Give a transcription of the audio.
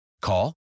Call